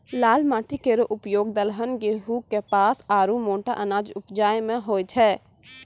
लाल माटी केरो उपयोग दलहन, गेंहू, कपास आरु मोटा अनाज उपजाय म होय छै